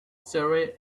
surrey